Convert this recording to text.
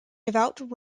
devout